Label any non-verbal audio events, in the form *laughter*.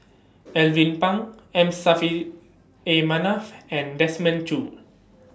*noise* Alvin Pang M Saffri A Manaf and Desmond Choo